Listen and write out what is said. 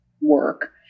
work